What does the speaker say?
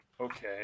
Okay